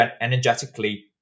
energetically